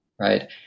right